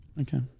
okay